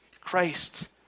Christ